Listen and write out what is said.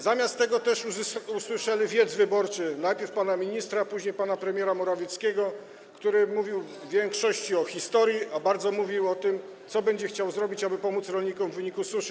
Zamiast tego też usłyszeli wiec wyborczy najpierw pana ministra, później pana premiera Morawieckiego, który mówił w większości o historii, a bardzo dużo mówił o tym, co będzie chciał zrobić, aby pomóc rolnikom w wyniku suszy.